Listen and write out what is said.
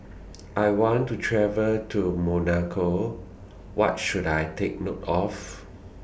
I want to travel to Monaco What should I Take note of